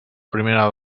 primera